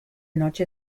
noche